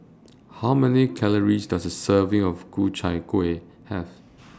How Many Calories Does A Serving of Ku Chai Kueh Have